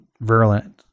virulent